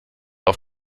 auf